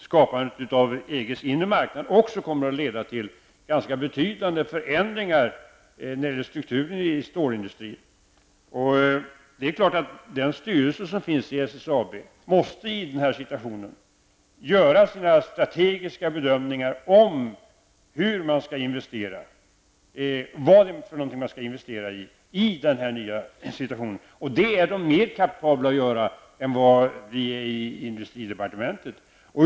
Skapandet av EGs inre marknad kommer att leda till ganska betydande förändringar av strukturen i stålindustrin. SSABs styrelse måste naturligtvis i den här situationen göra strategiska bedömningar av vad man i denna nya situation skall investera i. Dessa bedömningar är styrelsen mer kapabel att göra än vad vi är i industridepartementet.